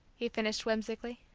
he finished whimsically.